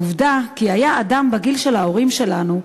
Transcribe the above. העובדה שהיה אדם בגיל של ההורים שלנו,